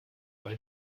weil